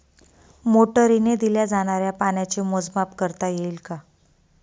मोटरीने दिल्या जाणाऱ्या पाण्याचे मोजमाप करता येईल का?